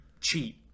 cheat